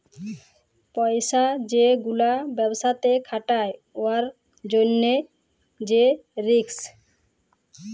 পইসা যে গুলা ব্যবসাতে খাটায় উয়ার জ্যনহে যে রিস্ক